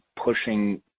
pushing